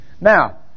Now